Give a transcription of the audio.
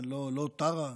לא טרה,